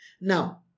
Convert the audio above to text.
Now